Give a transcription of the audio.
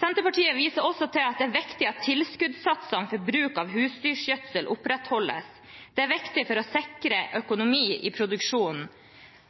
Senterpartiet viser også til at det er viktig at tilskuddssatsene for bruk av husdyrgjødsel opprettholdes. Det er viktig for å sikre økonomi i produksjonen.